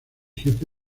jefe